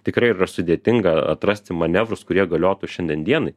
tikra yra sudėtinga atrasti manevrus kurie galiotų šiandien dienai